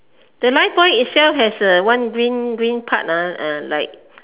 the life buoy itself has a one green green part ah uh and like